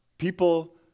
People